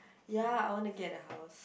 ya I want to get a house